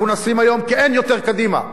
כי אין יותר קדימה.